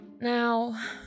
Now